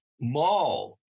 mall